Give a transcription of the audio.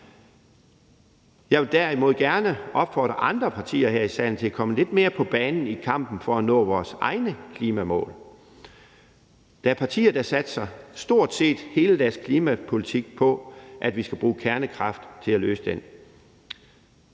Jeg vil derimod gerne opfordre andre partier her i salen til at komme lidt mere på banen i kampen for at nå vores egne klimamål. Der er partier, der satser stort set hele deres klimapolitik på, at vi skal bruge kernekraft til at løse det.